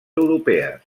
europees